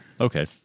okay